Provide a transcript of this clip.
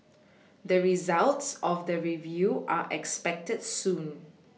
the results of the review are expected soon